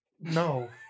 No